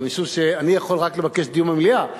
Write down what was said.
אבל משום שאני יכול רק לבקש דיון במליאה,